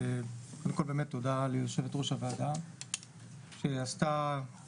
תודה ליושבת-ראש הוועדה שעשתה לילות